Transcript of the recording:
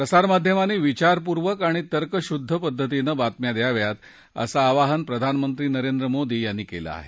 प्रसारमाध्यमांनी विचारपूर्वक आणि तर्कशुद्ध पद्धतीनं बातम्या द्याव्या असं आवाहन प्रधानमंत्री नरेंद्र मोदी यांनी केलं आहे